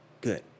good